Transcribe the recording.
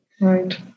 right